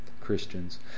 Christians